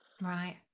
Right